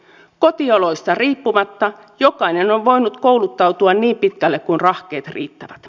kotioloista riippumatta jokainen on voinut kouluttautua niin pitkälle kuin rahkeet riittävät